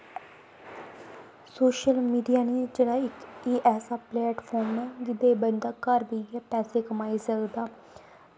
social media ई try कीती ऐसा प्लेटफार्म ऐ जेह्दे ई बंदा घर बेहियै पैसे कमाई सकदा